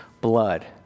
blood